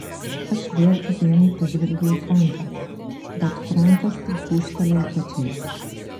aš vėl įdėmiai pažvelgiau į franką bet frankas tik gūžtelėjo pečiais